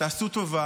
עשו טובה,